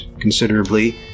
considerably